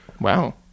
Wow